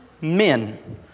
men